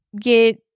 get